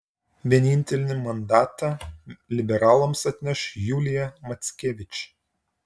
vienintelį mandatą liberalams atneš julija mackevič